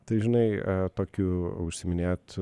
tai žinai tokiu užsiiminėt